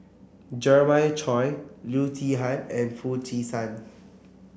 Jeremiah Choy Loo Zihan and Foo Chee San